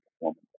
performance